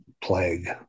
plague